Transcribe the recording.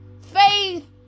faith